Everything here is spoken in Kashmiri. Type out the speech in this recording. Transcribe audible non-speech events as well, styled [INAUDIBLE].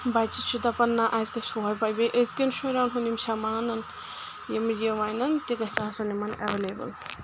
بَچہِ چھُ دَپان نہ آسہِ گژھِ [UNINTELLIGIBLE] بیٚیہِ أزکؠن شُرؠن ہُنٛد یِم چھَ مانَان یِم یہ وَنن تہِ گژھِ آسُن یِمَن اؠویلیبٕل